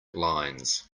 lines